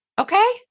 Okay